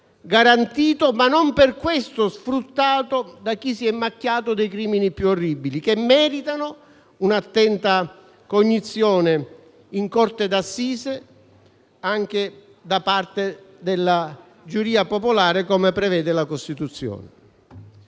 garantito ma non per questo sfruttato da chi si è macchiato dei crimini più orribili, che meritano un'attenta cognizione in corte d'assise anche da parte della giuria popolare, come prevede la Costituzione.